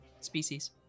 species